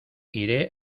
iré